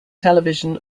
television